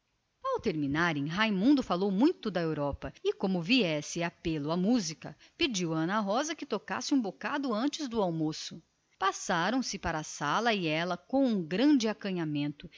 ao terminarem ele falou muito da europa e como a música viesse à conversa pediu a ana rosa que tocasse alguma coisa antes do almoço passaram-se para a sala de visitas e ela com um grande acanhamento